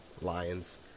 lions